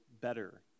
better